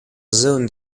zoned